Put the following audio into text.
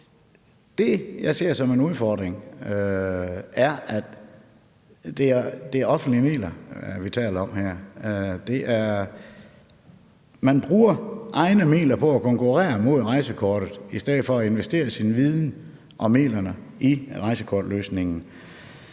Det, jeg ser som en udfordring, er, at det er offentlige midler, vi taler om her. Man bruger egne midler på at konkurrere mod rejsekortet i stedet for at investere sin viden og midlerne i rejsekortløsningen.